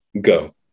Go